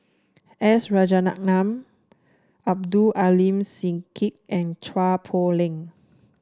S Rajaratnam Abdul Aleem Siddique and Chua Poh Leng